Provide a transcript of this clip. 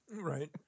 Right